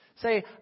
Say